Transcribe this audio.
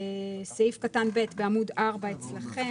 בסעיף קטן (ב) בעמוד 4 אצלכם,